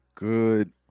Good